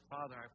Father